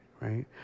right